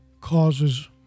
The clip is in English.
causes